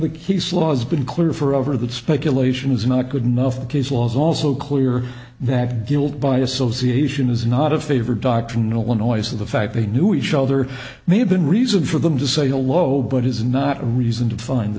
he's laws been clear forever that speculation is not good enough the case law is also clear that guilt by association is not a favored doctrine illinois of the fact they knew each other may have been reason for them to say hello but is not a reason to find the